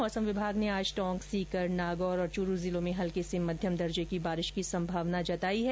मौसम विभाग ने आज टोंक सीकर नागौर और चूरू जिलों में हल्की से मध्यम दर्जे की बारिश की संभावना जताई है